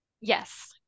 Yes